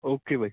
okay by